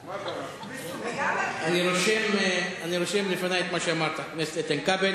אני רושם לפני את מה שאמרת, חבר הכנסת איתן כבל.